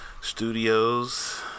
Studios